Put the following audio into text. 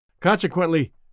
Consequently